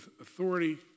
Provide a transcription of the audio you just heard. authority